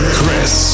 Chris